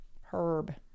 Herb